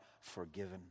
forgiven